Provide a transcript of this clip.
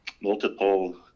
Multiple